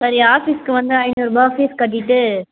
சரி ஆஃபீஸ்க்கு வந்து ஐநூறு ரூவா ஃபீஸ் கட்டிவிட்டு